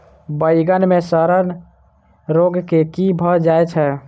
बइगन मे सड़न रोग केँ कीए भऽ जाय छै?